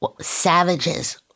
savages